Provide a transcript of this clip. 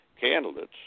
candidates